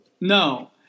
No